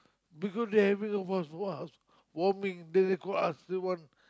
because they having a everything warming then they call us they want